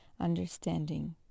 understanding